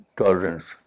tolerance